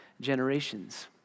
generations